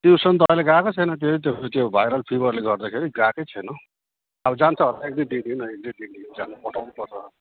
tuition त अहिले गएकै छैन त्यहीँ त्यो भाइरल फिभरले गर्दाखेरि गएकै छैन हौ अब जान्छ होला एक दुई दिनदेखि अब एक दुई दिनदेखि जानु पठाउनुपर्छ